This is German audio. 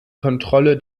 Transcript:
kontrolle